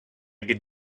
could